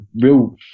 real